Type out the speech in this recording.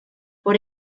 por